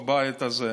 בבית הזה.